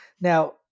Now